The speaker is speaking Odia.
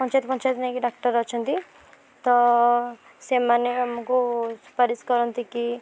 ପଞ୍ଚାୟତ ପଞ୍ଚାୟତ ନେଇକି ଡାକ୍ତର ଅଛନ୍ତି ତ ସେମାନେ ଆମକୁ ସୁପାରିଶ କରନ୍ତି କି